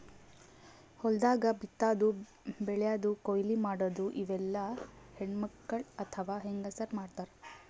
ಹೊಲ್ದಾಗ ಬಿತ್ತಾದು ಬೆಳ್ಯಾದು ಕೊಯ್ಲಿ ಮಾಡದು ಇವೆಲ್ಲ ಹೆಣ್ಣ್ಮಕ್ಕಳ್ ಅಥವಾ ಹೆಂಗಸರ್ ಮಾಡ್ತಾರ್